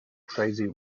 crazy